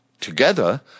Together